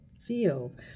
fields